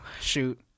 shoot